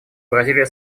бразилия